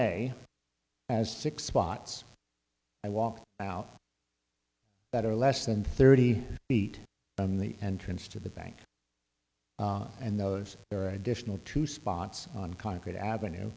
as six spots i walk out that are less than thirty feet from the entrance to the bank and those are additional two spots on concrete avenue